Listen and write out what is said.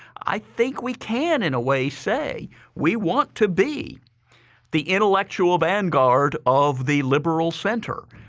i think we can in a way say we want to be the intellectual vanguard of the liberal center.